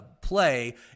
play